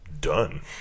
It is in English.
Done